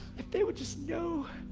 if they would just know.